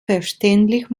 verständlich